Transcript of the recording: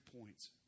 points